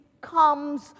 comes